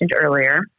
earlier